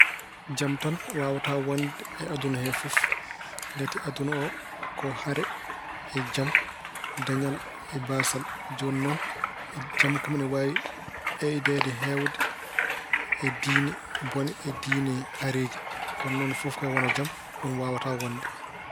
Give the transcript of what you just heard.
Jam tan waawataa wonde e aduna he fof. Ngati aduna oo, ko hare e jam, dañal e baasal. Jooni noon jam kam ina waawi ɓeydeede heewde e diine bone, e diine hareeji. Kono fof kam wona jam, ɗum waawataa wonde.